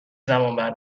زمانبر